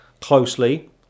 closely